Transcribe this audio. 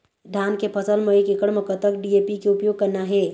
धान के फसल म एक एकड़ म कतक डी.ए.पी के उपयोग करना हे?